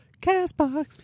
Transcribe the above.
CastBox